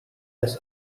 des